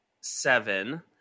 seven